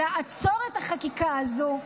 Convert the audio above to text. לעצור את החקיקה הזו,